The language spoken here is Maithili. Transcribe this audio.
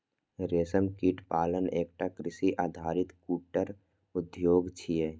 रेशम कीट पालन एकटा कृषि आधारित कुटीर उद्योग छियै